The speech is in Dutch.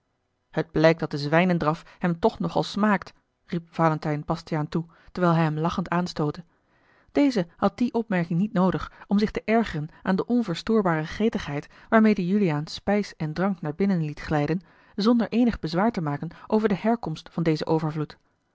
het blijkt dat de zwijnendraf hem toch nogal smaakt riep valentijn bastiaan toe terwijl hij hem lachend aanstootte deze had die opmerking niet noodig om zich te ergeren aan de onverstoorbare gretigheid waarmede juliaan spijs en drank naar binnen liet glijden zonder eenig bezwaar te maken over de herkomst van dezen overvloed